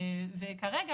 כרגע